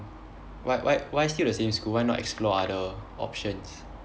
why why why still the same school why not explore other options